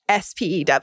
SPEW